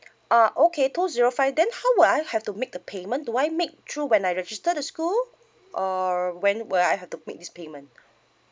uh okay two zero five then how will I have to make the payment do I make through when I register the school or when will I have to make this payment